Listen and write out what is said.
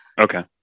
Okay